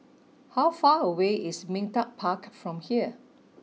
how far away is Ming Teck Park from here